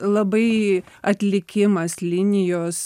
labai atlikimas linijos